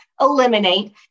eliminate